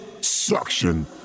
suction